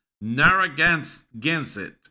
Narragansett